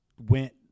went